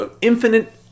infinite